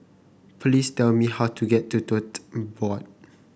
please tell me how to get to Tote Board